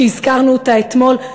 שהזכרנו אותה אתמול,